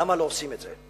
למה לא עושים את זה?